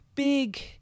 big